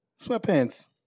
Sweatpants